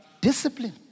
Discipline